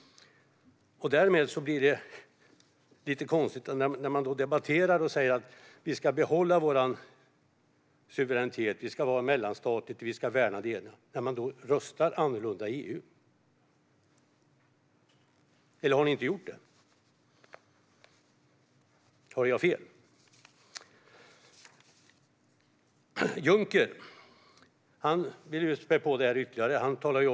Det blir lite konstigt när ni debatterar och säger att vi ska behålla vår suveränitet, att samarbetet ska vara mellanstatligt och att vi ska värna detta när ni röstar annorlunda i EU. Eller har ni inte gjort det? Har jag fel? Juncker vill spä på det här ytterligare.